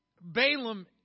Balaam